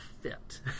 fit